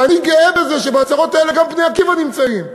ואני גאה בזה שבעצרות האלה גם "בני עקיבא" נמצאים,